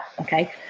Okay